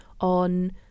on